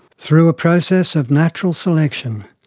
through a process of natural selection,